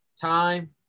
Time